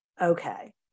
okay